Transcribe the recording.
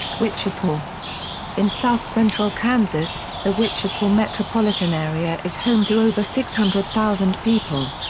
wichita in south-central kansas, the wichita metropolitan area is home to over six hundred thousand people.